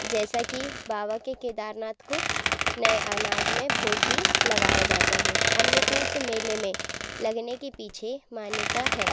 जैसा कि बाबा के केदारनाथ को नए अनाज में भोग भी लगाया जाता है अन्य कूट मेले में लगने के पीछे मान्यता है